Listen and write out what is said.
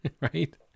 right